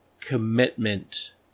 commitment